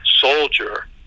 soldier